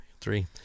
Three